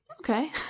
Okay